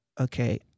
okay